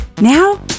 now